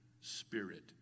spirit